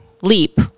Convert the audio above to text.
leap